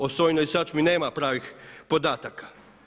O sojinoj sačmi nema pravih podataka.